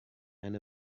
and